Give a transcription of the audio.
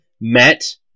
met